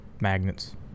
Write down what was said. magnets